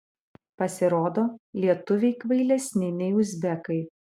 pasirodo lietuviai kvailesni nei uzbekai